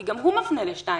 כי גם הוא מפנה ל-2(א)?